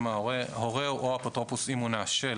_______, הורהו (או האפוטרופוס, אם מונה) של